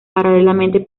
paralelamente